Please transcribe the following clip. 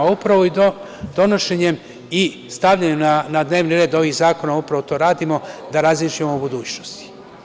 Donošenjem i stavljanjem na dnevni red ovih zakona upravo to i radimo, da razmišljamo o budućnosti.